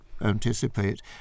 anticipate